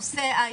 נושא ההתקשרות,